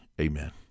Amen